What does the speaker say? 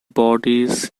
bodies